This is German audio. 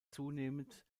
zunehmend